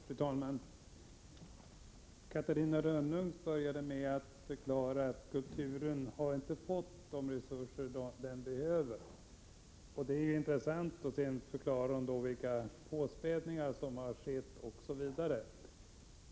Fru talman! Catarina Rönnung började med att förklara att kulturen inte har fått de resurser den behöver. Sedan förklarade hon vilka påspädningar som gjorts, osv.